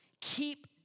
keep